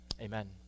Amen